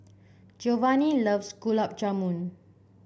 Geovanni loves Gulab Jamun